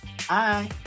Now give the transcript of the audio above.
Hi